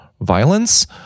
violence